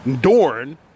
Dorn